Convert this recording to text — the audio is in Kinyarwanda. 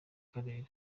karere